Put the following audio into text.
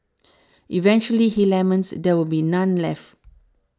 eventually he laments there will be none left